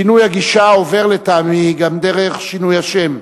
שינוי הגישה עובר, לטעמי, גם דרך שינוי השם,